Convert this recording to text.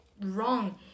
wrong